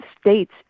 states